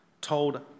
told